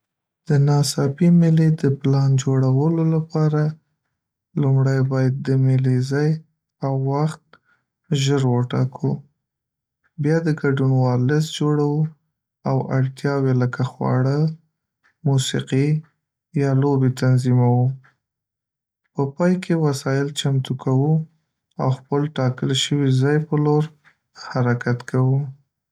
د ناڅاپي مېلې د پلان جوړولو لپاره، لومړی باید د مېلې ځای او وخت ژر وټاکو، بیا د ګډونوالو لیست جوړو او اړتیاوې لکه خواړه، موسیقي، یا لوبې تنظیموو. په پای کې وسایل چمتو کوو او خپل ټاګل شوي ځای په لور حرکت کوو.